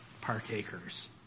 partakers